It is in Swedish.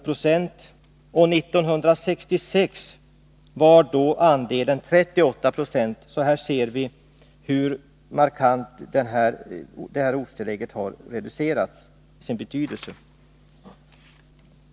År 1966 var andelen 38 20. Man ser alltså hur markant ortstilläggets betydelse har reducerats.